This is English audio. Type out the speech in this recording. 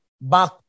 back